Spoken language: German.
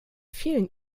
vielen